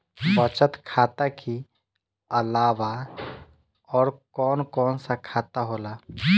बचत खाता कि अलावा और कौन कौन सा खाता होला?